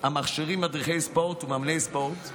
המכשירים מדריכי ספורט ומאמני ספורט,